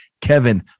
Kevin